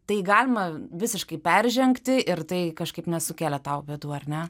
tai galima visiškai peržengti ir tai kažkaip nesukėlė tau bėdų ar ne